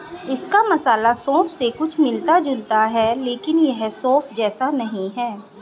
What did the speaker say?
इसका मसाला सौंफ से कुछ मिलता जुलता है लेकिन यह सौंफ जैसा नहीं है